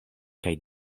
kaj